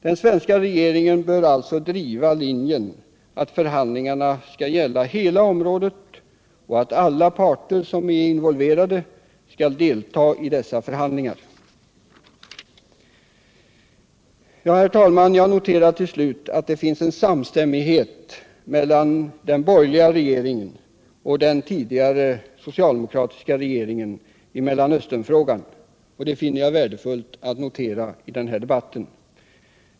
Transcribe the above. Den svenska regeringen bör alltså driva linjen att förhandlingarna skall gälla hela området och att alla parter som är involverade skall delta i dessa förhandlingar. Herr talman! Jag noterar till slut att det finns en samstämmighet mellan den borgerliga regeringen och den tidigare socialdemokratiska regeringen i Mellanösternfrågan. Det finner jag värdefullt att notera i den här debatten.